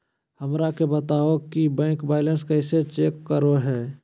हमरा के बताओ कि बैंक बैलेंस कैसे चेक करो है?